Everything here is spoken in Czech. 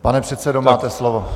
Pane předsedo, máte slovo.